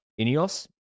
Ineos